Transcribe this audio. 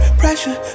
pressure